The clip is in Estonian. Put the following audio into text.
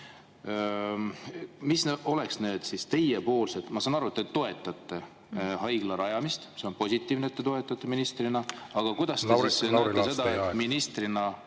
mis oleks need teie … Ma saan aru, et te toetate haigla rajamist – see on positiivne, et te toetate ministrina. Aga kuidas te siis